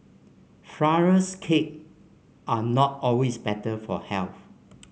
flourless cake are not always better for health